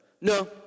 no